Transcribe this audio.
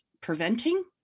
preventing